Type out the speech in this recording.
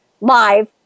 live